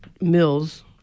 Mills